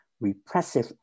repressive